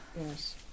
Yes